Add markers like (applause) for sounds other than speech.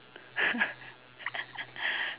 (laughs)